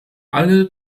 alle